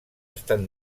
estan